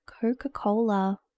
Coca-Cola